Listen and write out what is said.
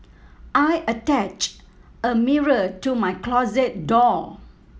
I attached a mirror to my closet door